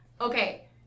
okay